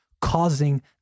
causing